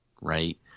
Right